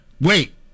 wait